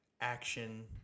action